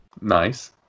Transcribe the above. nice